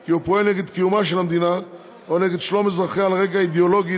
כי הוא פועל נגד קיומה של המדינה או נגד שלום אזרחי על רקע אידיאולוגי,